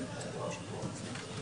המצב.